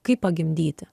kaip pagimdyti